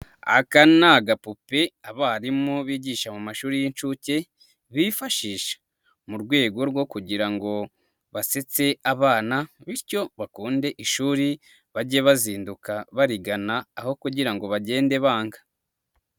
Aka ni agapupe abarimu bigisha mu mashuri y'inshuke bifashisha mu rwego rwo kugira ngo basetse abana, bityo bakunde ishuri bage bazinduka barigana aho kugira ngo bagende banga.